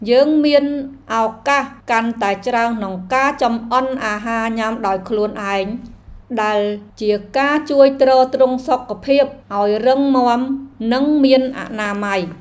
យើងមានឱកាសកាន់តែច្រើនក្នុងការចម្អិនអាហារញ៉ាំដោយខ្លួនឯង ដែលជាការជួយទ្រទ្រង់សុខភាពឱ្យរឹងមាំនិងមានអនាម័យ។